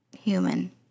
human